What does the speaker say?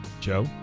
joe